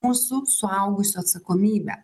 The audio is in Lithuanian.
mūsų suaugusių atsakomybė